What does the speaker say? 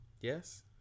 Yes